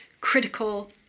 critical